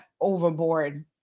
overboard